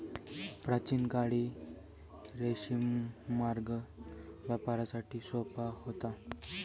प्राचीन काळी रेशीम मार्ग व्यापारासाठी सोपा होता